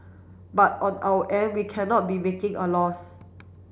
but on our end we cannot be making a loss